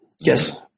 Yes